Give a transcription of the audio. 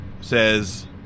says